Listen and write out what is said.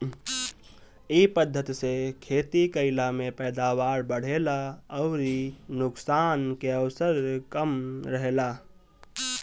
इ पद्धति से खेती कईला में पैदावार बढ़ेला अउरी नुकसान के अवसर कम रहेला